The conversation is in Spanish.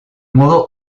modo